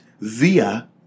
via